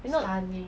okay so